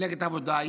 מפלגת העבודה,